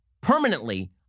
permanently